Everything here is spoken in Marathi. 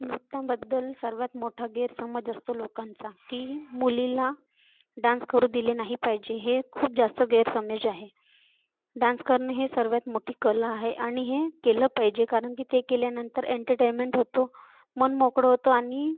नृत्याबद्दल सर्वात मोठा गैरसमज असतो लोकांचा की मुलींना डान्स करू दिले नाही पाहिजे हे खूप जास्त गैरसमज आहे डान्स करणे हे सर्वात मोठी कला आहे आणि हे केलं पाहिजे कारण की ते केल्यानंतर एंटरटेनमेंट होतो मन मोकळं होतं आणि